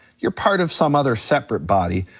you're part of some other, separate body.